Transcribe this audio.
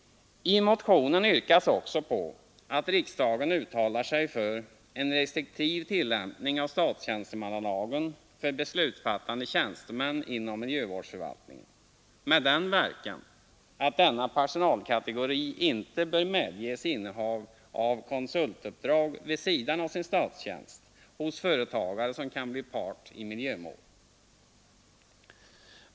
I motionen yrkas också på att riksdagen uttalar sig för en restriktiv tillämpning av statstjänstemannalagen för beslutsfattande tjänstemän inom miljövårdsförvaltningen med den verkan att denna personalkategori inte vid sidan av sin statstjänst bör medges innehav av konsultuppdrag hos företagare som kan bli part i miljömål.